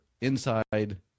inside